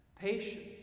patience